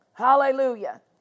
Hallelujah